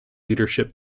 leadership